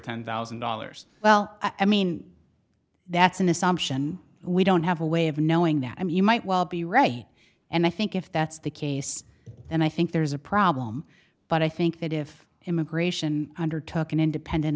ten thousand dollars well i mean that's an assumption we don't have a way of knowing that i mean you might well be right and i think if that's the case then i think there's a problem but i think that if immigration undertook an independent